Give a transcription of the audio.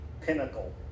pinnacle